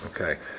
Okay